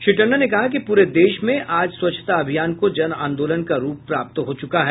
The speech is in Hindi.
श्री टंडन ने कहा कि पूरे देश में आज स्वच्छता अभियान को जन आन्दोलन का रूप प्राप्त हो चुका है